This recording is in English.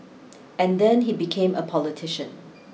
and then he became a politician